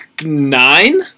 nine